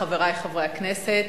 חברי חברי הכנסת,